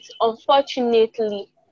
unfortunately